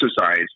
exercise